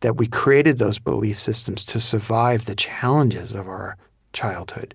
that we created those belief systems to survive the challenges of our childhood